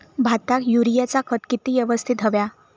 भाताक युरियाचा खत किती यवस्तित हव्या?